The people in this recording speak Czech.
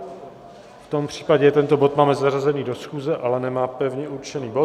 V tom případě tento bod máme zařazený do schůze, ale nemá pevně určený bod.